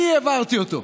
אני העברתי אותו.